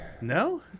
No